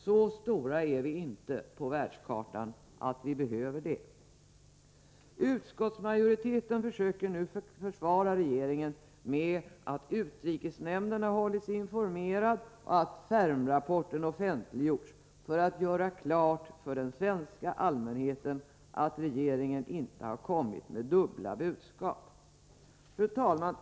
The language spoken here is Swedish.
Så stora är vi inte på världskartan att vi behöver det. : Utskottsmajoriteten försöker nu försvara regeringen med att utrikesnämnden har hållits informerad och att Fermrapporten offentliggjorts för att göra klart för den svenska allmänheten att regeringen inte kommit med dubbla budskap. Fru talman!